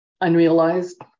unrealized